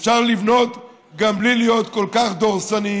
אפשר לבנות גם בלי להיות כל כך דורסניים